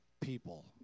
people